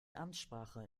amtssprache